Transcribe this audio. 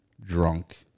drunk